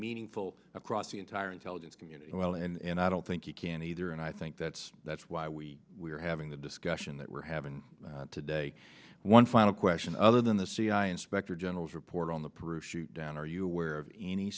meaningful across the entire intelligence community as well and i don't think you can either and i think that's that's why we are having the discussion that we're having today one final question other than the cia inspector general's report on the proof shoot down are you aware of any